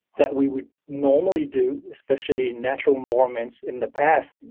that we would normally do especially natural environments in the past,